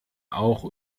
auch